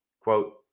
quote